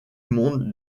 monde